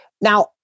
Now